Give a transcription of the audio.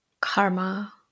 karma